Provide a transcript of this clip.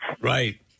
Right